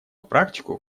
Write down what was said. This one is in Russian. практику